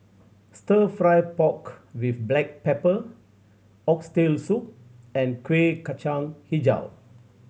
Stir Fry pork with black pepper Oxtail Soup and Kueh Kacang Hijau